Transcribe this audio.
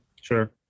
sure